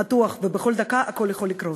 מתוח, ובכל דקה הכול יכול לקרוס?